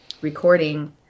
recording